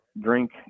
drink